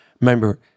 Remember